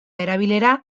erabilera